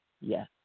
yes